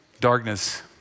Darkness